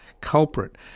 culprit